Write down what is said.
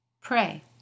Pray